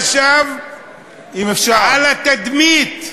הוא חשב על התדמית.